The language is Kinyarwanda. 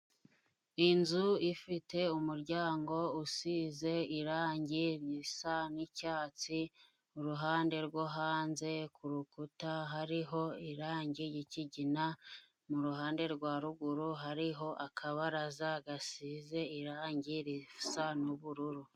Inzu ifite umuryango usize irangi risa n'icyatsi kuruhande rwo hanze kurukuta hariho irangi yikigina muruhande rwa ruguru hariho akabaraza gasize irangi risa n'ubururu.